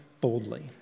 boldly